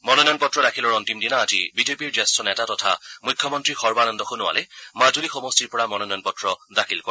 মনোনয়ন পত্ৰ দাখিলৰ অস্তিম দিনা আজি বিজেপিৰ জ্যেষ্ঠ নেতা তথা মুখ্যমন্ত্ৰী সৰ্বানন্দ সোণোৱালে মাজুলী সমষ্টিৰ পৰা মনোনয়ন পত্ৰ দাখিল কৰে